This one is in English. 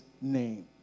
name